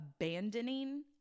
abandoning